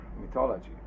mythology